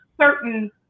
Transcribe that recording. certain